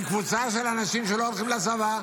עם קבוצה של אנשים שלא הולכים לצבא?